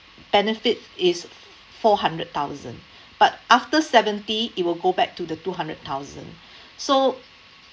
benefit is four hundred thousand but after seventy it will go back to the two hundred thousand so